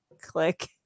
click